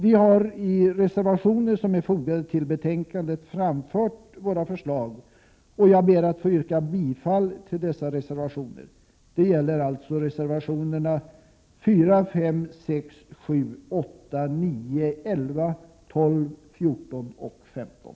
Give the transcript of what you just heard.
Vi har i reservationer som är fogade till betänkandet framfört våra förslag, och jag ber att få yrka bifall till dessa reservationer. Det gäller alltså reservationerna nr 4, 5, 6, 7, 8, 9, 11, 12, 14 och 15.